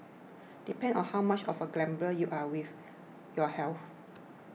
depends on how much of a gambler you are with your health